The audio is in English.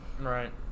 Right